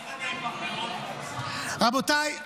רבותיי,